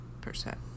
percent